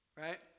right